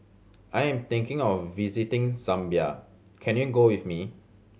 I am thinking of visiting Zambia can you go with me